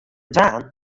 dwaan